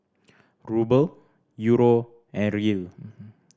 Ruble Euro and Riel